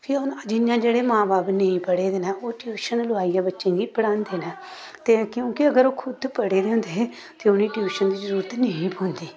फ्ही हून जि'यां जेह्ड़े मां बब्ब नेईं पढ़े दे न ओह् ट्यूशन लोआइयै बच्चें गी पढांदे न ते क्योंकि अगर ओह् खुद पढ़े दे होंदे हे ते उ'नें गी ट्यूशन दी जरूरत निं ही पौंदी